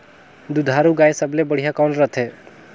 दुधारू गाय सबले बढ़िया कौन रथे?